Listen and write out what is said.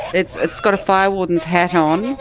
it's it's got a fire warden's hat on,